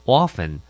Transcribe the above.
often